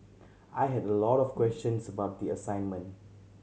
I had a lot of questions about the assignment